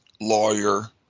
lawyer